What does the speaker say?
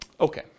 Okay